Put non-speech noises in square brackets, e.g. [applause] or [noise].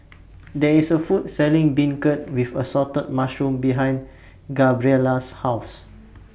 [noise] There IS A Food Selling Beancurd with Assorted Mushrooms behind Gabriella's House